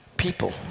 People